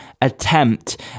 attempt